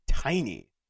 tiny